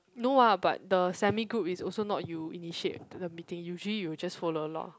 no ah but the semi-group is also not you initiate to the meeting usually you will just follow along